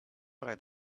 right